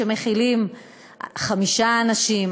של חמישה אנשים,